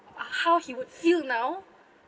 how he would feel now